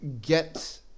get